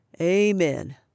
Amen